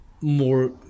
more